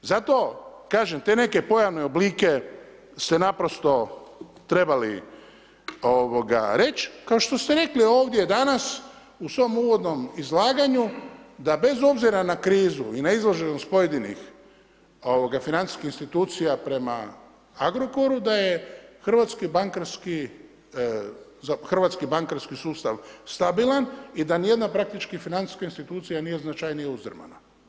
Zato kažem te neke pojavne oblike ste naprosto trebali reći kao što ste rekli ovdje danas u svom uvodnom izlaganju, da bez obzira na krizu i na izloženost pojedinih financijskih institucija prema Agrokoru da je hrvatski bankarski sustav stabilan i da ni jedna praktički financijska institucija nije značajnije uzdrmana.